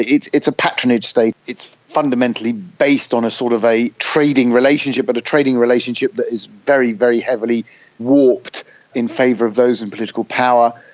it's it's a patronage state, it's fundamentally based on sort of a trading relationship but a trading relationship that is very, very heavily warped in favour of those in political power.